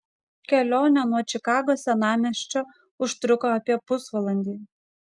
kelionė nuo čikagos senamiesčio užtruko apie pusvalandį